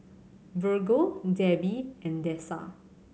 Virgle Debby and Dessa